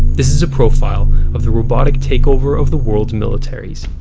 this is a profile of the robotic takeover of the world's militaries.